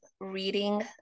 reading